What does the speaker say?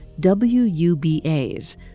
WUBAs